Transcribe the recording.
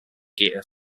gear